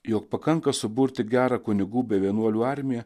jog pakanka suburti gerą kunigų be vienuolių armiją